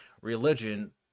religion